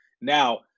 now